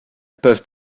peuvent